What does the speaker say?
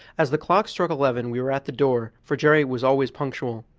as the clock struck eleven we were at the door, for jerry was always punctual.